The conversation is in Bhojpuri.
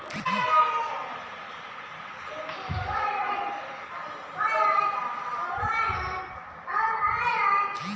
ओट्स खाए से आदमी ना मोटाला